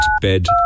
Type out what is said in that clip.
bed